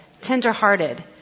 tender-hearted